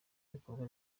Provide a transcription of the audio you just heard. bikorwa